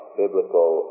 biblical